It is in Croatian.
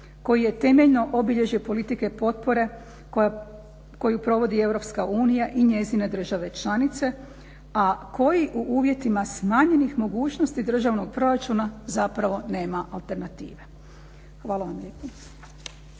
koji je temeljno obilježje politike potpore koju provodi Europska unija i njezine države članice, a u koji u uvjetima smanjenih mogućnosti državnog proračuna zapravo nema alternative. Hvala vam lijepa.